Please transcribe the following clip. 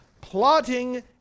plotting